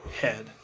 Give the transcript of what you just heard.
head